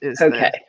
Okay